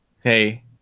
Hey